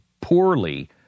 poorly